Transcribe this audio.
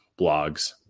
blogs